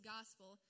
Gospel